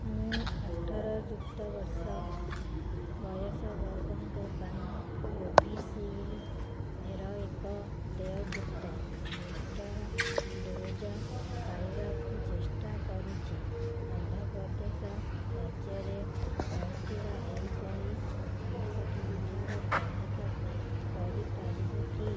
ମୁଁ ଅଠର ଯୁକ୍ତ ବର୍ଷ ବୟସ ବର୍ଗଙ୍କ ପାଇଁ କୋଭିଶିଲ୍ଡ୍ର ଏକ ଦେୟଯୁକ୍ତ ବୁଷ୍ଟର୍ ଡ଼ୋଜ୍ ପାଇବାକୁ ଚେଷ୍ଟା କରୁଛି ଆନ୍ଧ୍ରପ୍ରଦେଶ ରାଜ୍ୟରେ ରହିଥିବା ଏହିପରି ସମସ୍ତ କେନ୍ଦ୍ରର ତାଲିକା କରିପାରିବ କି